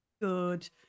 good